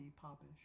popish